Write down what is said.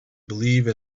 believe